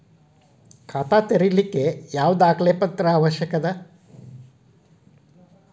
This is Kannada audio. ಖಾತಾ ತೆರಿಲಿಕ್ಕೆ ಯಾವ ದಾಖಲೆ ಪತ್ರ ಅವಶ್ಯಕ?